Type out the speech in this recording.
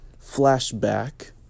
flashback